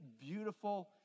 beautiful